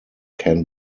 can